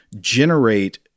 generate